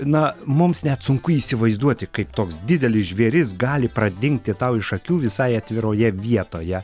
na mums net sunku įsivaizduoti kaip toks didelis žvėris gali pradingti tau iš akių visai atviroje vietoje